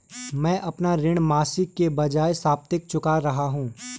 मैं अपना ऋण मासिक के बजाय साप्ताहिक चुका रहा हूँ